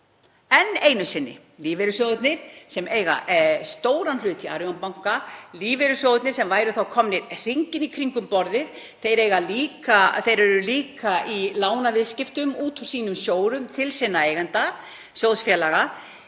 Enn einu sinni lífeyrissjóðirnir, sem eiga stóran hlut í Arion banka; lífeyrissjóðirnir, sem væru þá komnir hringinn í kringum borðið. Þeir eru líka í lánaviðskiptum út úr sínum sjóðum til eigenda sinna, sjóðfélaga,